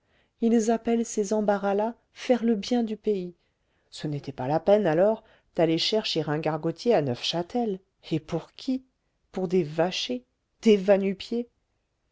ils appellent ces embarras là faire le bien du pays ce n'était pas la peine alors d'aller chercher un gargotier à neufchâtel et pour qui pour des vachers des vanu pieds